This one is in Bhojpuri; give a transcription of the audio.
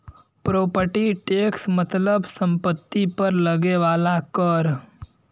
प्रॉपर्टी टैक्स मतलब सम्पति पर लगे वाला कर